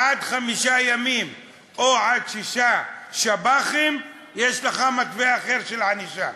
עד חמישה ימים או עד שישה שב"חים יש לך מטבע אחר של ענישה,